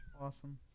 Awesome